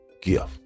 gift